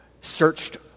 searched